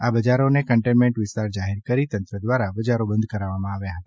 આ બજારોને કન્ટેનમેન્ટ વિસ્તાર જાહેર કરી તંત્ર દ્વારા બજારો બંધ કરાવવામાં આવ્યા છે